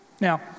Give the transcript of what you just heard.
now